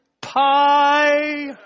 pie